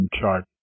chart